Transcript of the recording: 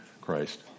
Christ